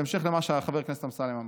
בהמשך למה שחבר הכנסת אמסלם אמר.